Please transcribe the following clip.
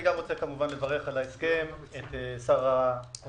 אני גם רוצה כמובן לברך על ההסכם את שר האוצר,